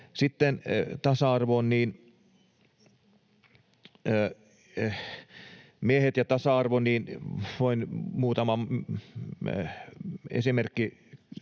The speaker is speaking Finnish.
Sitten tasa-arvoon. Miehet ja tasa-arvo: Voin muutaman esimerkin